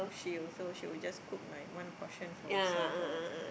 she also she will just cook like one portion for herself or